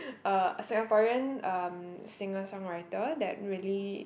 uh a Singaporean um singer songwriter that really